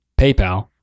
PayPal